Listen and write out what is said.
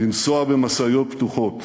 לנסוע במשאיות פתוחות?